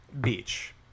Beach